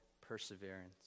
perseverance